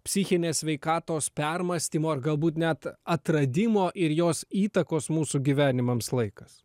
psichinės sveikatos permąstymo ar galbūt net atradimo ir jos įtakos mūsų gyvenimams laikas